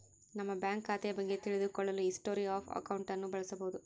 ನಮ್ಮ ಬ್ಯಾಂಕ್ ಖಾತೆಯ ಬಗ್ಗೆ ತಿಳಿದು ಕೊಳ್ಳಲು ಹಿಸ್ಟೊರಿ ಆಫ್ ಅಕೌಂಟ್ ಅನ್ನು ಬಳಸಬೋದು